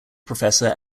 professor